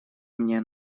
мне